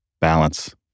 Balance